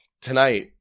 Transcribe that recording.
Tonight